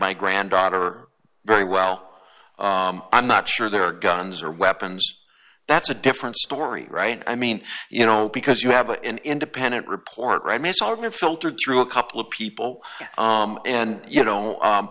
my granddaughter very well i'm not sure there are guns or weapons that's a different story right i mean you know because you have an independent report right michel have filtered through a couple people and you know